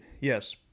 yes